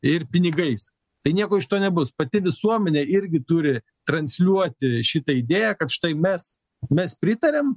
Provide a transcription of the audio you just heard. ir pinigais tai nieko iš to nebus pati visuomenė irgi turi transliuoti šitą idėją kad štai mes mes pritariam